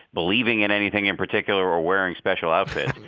believing in anything in particular or wearing special outfits.